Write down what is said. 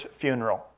funeral